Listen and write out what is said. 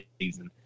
season